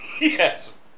Yes